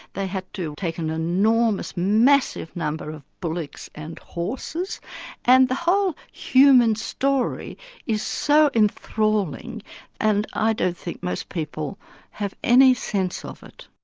they had to take an enormous, massive number of bullocks and horses and the whole human story is so enthralling and i don't think most people have any sense of it.